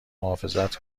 محافظت